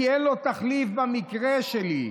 כי אין לו תחליף במקרה שלי,